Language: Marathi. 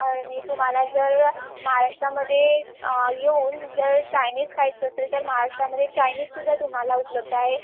आणि तुम्हाला जर महाराष्ट्रामध्ये येऊन जर चायनीज खायचं असेल तर महाराष्ट्रामध्ये चायनीजसुद्धा तुम्हाला उपलब्ध आहे